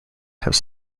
have